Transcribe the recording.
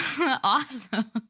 awesome